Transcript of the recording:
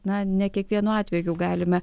na ne kiekvienu atveju galime